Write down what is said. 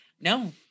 No